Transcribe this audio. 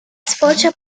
sfocia